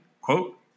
quote